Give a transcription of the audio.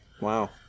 Wow